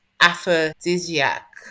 aphrodisiac